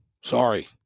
Sorry